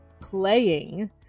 playing